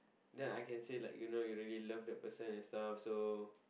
then I can say like you know you really love the person and stuff so